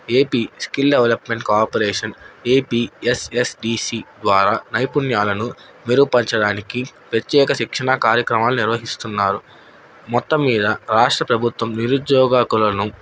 AP skill development corporation APSSDC ద్వారా నైపుణ్యాలను మెరుగుపరచడానికి ప్రత్యేక శిక్షణా కార్యక్రమాలు నిర్వహిస్తున్నారు మొత్తం మీద రాష్ట్ర ప్రభుత్వం నిరుద్యోగకులను